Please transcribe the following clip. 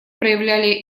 проявляли